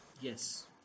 Yes